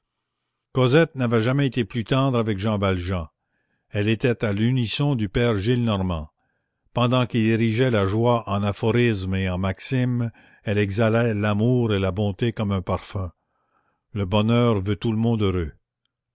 cosette n'avait jamais été plus tendre avec jean valjean elle était à l'unisson du père gillenormand pendant qu'il érigeait la joie en aphorismes et en maximes elle exhalait l'amour et la bonté comme un parfum le bonheur veut tout le monde heureux